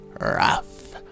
rough